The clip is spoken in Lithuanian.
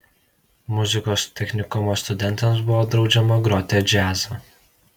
muzikos technikumo studentams buvo draudžiama groti džiazą